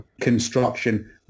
construction